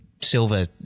Silver